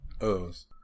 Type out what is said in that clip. O's